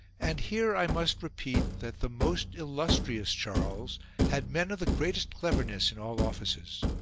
and here i must repeat that the most illustrious charles had men of the greatest cleverness in all offices.